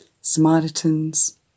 Samaritans